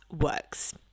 works